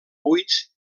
buits